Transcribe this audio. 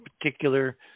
particular